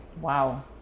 Wow